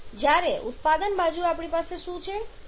જ્યારે ઉત્પાદન બાજુએ આપણી પાસે શું છે